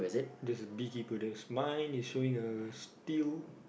there's a bee keeper the mine is showing a still